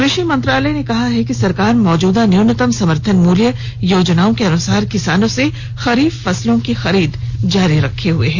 कृषि मंत्रालय ने कहा है कि सरकार मौजूदा न्यूनतम समर्थन मूल्य योजनाओं के अनुसार किसानों से खरीफ फसलों की खरीद जारी रखे हुए है